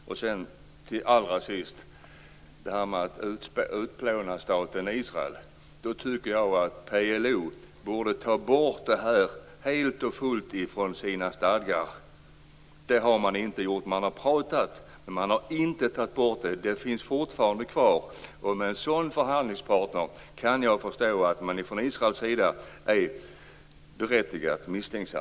Jag tycker att PLO borde ta bort skrivningen om att utplåna staten Israel helt och fullt från sina stadgar. Det har man inte gjort. Man har pratat om det, men man har inte tagit bort den. Den finns fortfarande kvar. Med en sådan förhandlingspartner tycker jag att man från Israels sida är berättigat misstänksam.